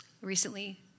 recently